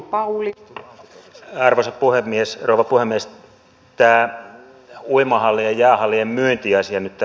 tässä tuli nyt tämä uimahallien ja jäähallien myyntiasia